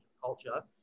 culture